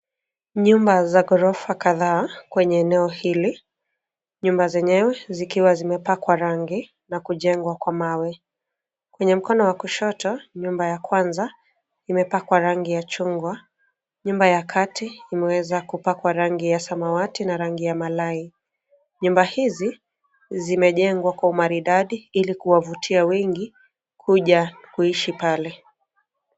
Nyumba za ghorofa kadhaa kwenye eneo hili, nyumba zenyewe zikiwa zimepakwa rangi na kujengwa kwa mawe. Kwenye mkono wa kushoto nyumba ya kwanza imepakwa rangi ya chungwa nyumba ya kati imeweza kupakwa rangi ya samawati na rangi ya malai. Nyumba hizi zimejengwa kwa maridadi ili kuwavutia wengi kuja kuishi pale.